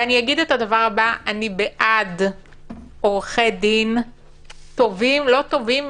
ואני אגיד את הדבר הבא: אני בעד עורכי דין טובים לא טובים,